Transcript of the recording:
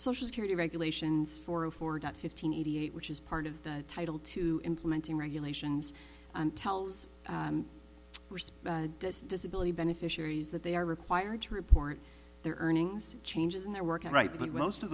social security regulations for a ford at fifteen eighty eight which is part of the title to implementing regulations and tells and respond to disability beneficiaries that they are required to report their earnings changes in their working right but most of